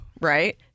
Right